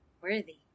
worthy